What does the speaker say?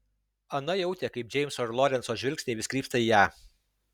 ana jautė kaip džeimso ir lorenco žvilgsniai vis krypsta į ją